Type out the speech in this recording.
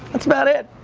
that's about it.